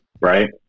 Right